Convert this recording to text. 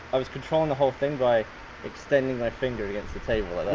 i was controlling the whole thing by extending my finger against the table, and